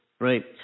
right